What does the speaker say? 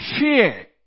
fear